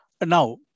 Now